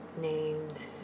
named